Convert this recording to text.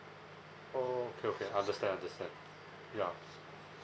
oh okay okay understand understand ya